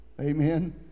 Amen